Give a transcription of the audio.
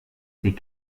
s’est